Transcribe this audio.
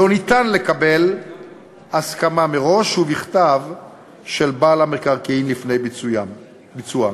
אי-אפשר לקבל הסכמה מראש ובכתב של בעל המקרקעין לפני ביצוען.